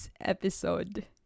episode